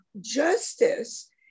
justice